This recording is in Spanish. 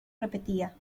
repetía